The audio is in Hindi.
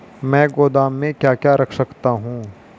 मैं गोदाम में क्या क्या रख सकता हूँ?